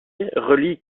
relie